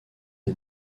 des